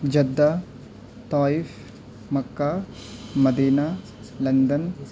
Jeddah Taif Makkah Medina London